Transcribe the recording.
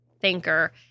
thinker